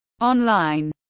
online